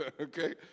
Okay